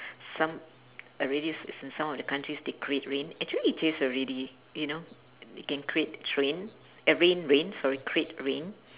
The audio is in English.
some already it's in some of the countries they create rain actually it is already you know you can create train uh rain rain sorry create rain